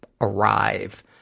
arrive